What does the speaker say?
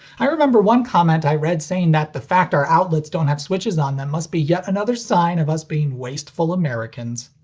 i remember one comment i read saying that the fact our outlets don't have switches on them must be yet another sign of us being wasteful americans.